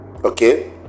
Okay